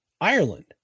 Ireland